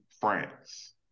France